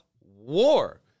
war